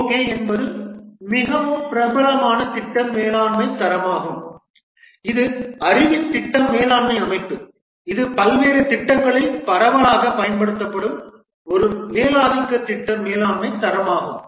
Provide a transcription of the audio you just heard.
PMBOK என்பது மிகவும் பிரபலமான திட்ட மேலாண்மை தரமாகும் இது அறிவின் திட்ட மேலாண்மை அமைப்பு இது பல்வேறு திட்டங்களில் பரவலாகப் பயன்படுத்தப்படும் ஒரு மேலாதிக்க திட்ட மேலாண்மை தரமாகும்